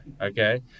okay